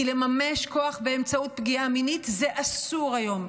כי לממש כוח באמצעות פגיעה מינית זה אסור היום,